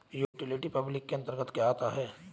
Utility public के अंतर्गत क्या आता है?